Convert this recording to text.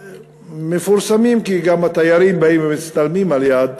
כי גם התיירים באים ומצטלמים לידם,